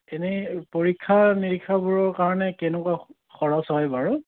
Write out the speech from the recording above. এনেই পৰীক্ষা নিৰীক্ষাবোৰৰ কাৰণে কেনেকুৱা খৰছ হয় বাৰু